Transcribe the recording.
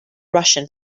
russian